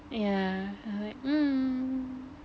yeah I'm like um